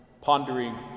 pondering